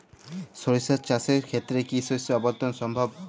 সরিষা চাষের ক্ষেত্রে কি শস্য আবর্তন আবশ্যক?